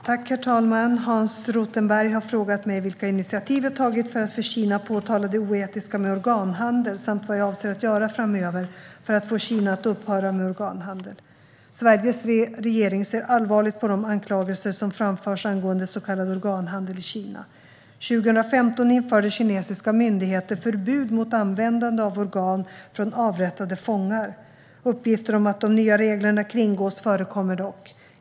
Herr talman! Hans Rothenberg har frågat mig vilka initiativ jag tagit för att för Kina påtala det oetiska med organhandel samt vad jag avser att göra framöver för att få Kina att upphöra med organhandel. Sveriges regering ser allvarligt på de anklagelser som framförs angående så kallad organhandel i Kina. År 2015 införde kinesiska myndigheter förbud mot användande av organ från avrättade fångar. Uppgifter om att de nya reglerna kringgås förekommer dock.